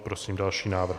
Prosím další návrh.